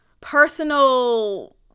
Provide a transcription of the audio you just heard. personal